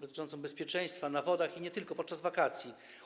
dotyczącą bezpieczeństwa na wodach i nie tylko podczas wakacji.